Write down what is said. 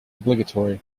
obligatory